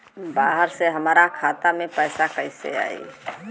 बाहर से हमरा खाता में पैसा कैसे आई?